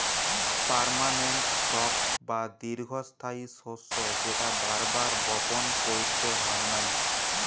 permanent crop বা দীর্ঘস্থায়ী শস্য যেটা বার বার বপণ কইরতে হয় নাই